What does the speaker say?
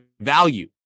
value